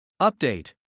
Update